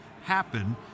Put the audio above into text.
happen